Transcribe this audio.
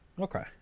Okay